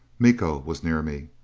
miko was near me!